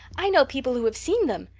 i know people who have seen them.